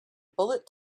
bullet